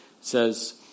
says